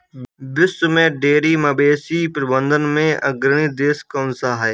विश्व में डेयरी मवेशी प्रबंधन में अग्रणी देश कौन सा है?